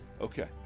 okay